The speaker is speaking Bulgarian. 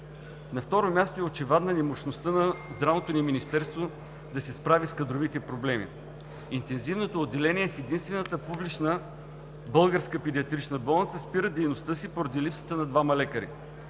На второ място е очевадна немощността на Здравното ни министерство да се справи с кадровите проблеми. Интензивното отделение в единствената публична българска педиатрична болница спира дейността си поради липсата на двама лекари.